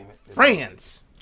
Friends